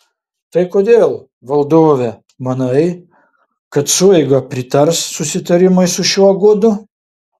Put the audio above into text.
tai kodėl valdove manai kad sueiga pritars susitarimui su šiuo gudu